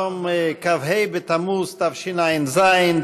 היום כ"ה בתמוז התשע"ז,